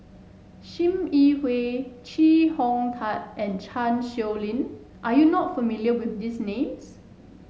Sim Yi Hui Chee Hong Tat and Chan Sow Lin are you not familiar with these names